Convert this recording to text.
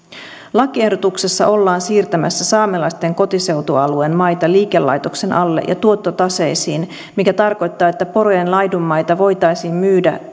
lakiehdotuksessa ollaan siirtämässä saamelaisten kotiseutualueen maita liikelaitoksen alle ja tuottotaseisiin mikä tarkoittaa että porojen laidunmaita voitaisiin myydä